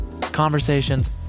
Conversations